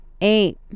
Eight